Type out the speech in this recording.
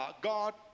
God